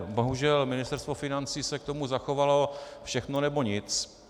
Bohužel Ministerstvo financí se k tomu zachovalo: všechno, nebo nic.